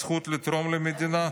הזכות לתרום למדינה,